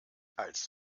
als